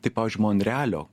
tai pavyzdžiui monrealio